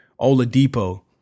Oladipo